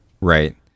Right